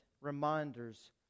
reminders